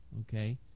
okay